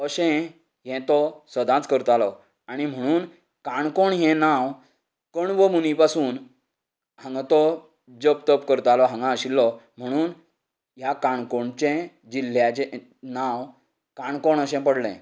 अशें हें तें तो सदांच करतालो आणी म्हणून काणकोण हें नांव कण्व मुनी पासून हांगा तो जप तप करतालो हांगा आशिल्लो म्हणून ह्या काणकोणचें जिल्ल्याचें नांव काणकोण अशें पडलें